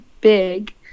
big